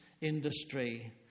industry